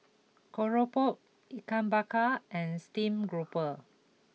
Keropok Ikan Bakar and Steamed Grouper